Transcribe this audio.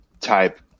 type